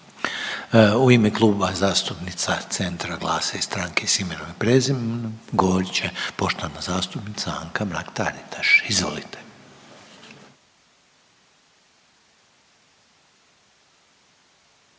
U ime Kluba zastupnica Centra, GLAS-a i Stanke s imenom i prezimenom govorit će poštovana zastupnica Anka Mrak Taritaš. Izvolite.